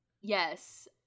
yes